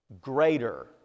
greater